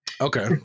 Okay